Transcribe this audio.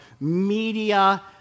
media